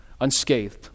unscathed